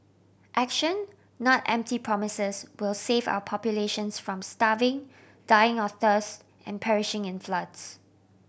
action not empty promises will save our populations from starving dying of thirst and perishing in floods